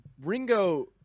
Ringo